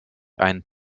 ein